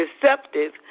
deceptive